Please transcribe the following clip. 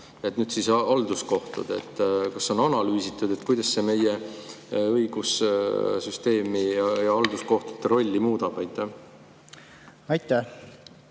nüüd siis halduskohtud. Kas on analüüsitud, kuidas see meie õigussüsteemi ja halduskohtute rolli muudab? Aitäh,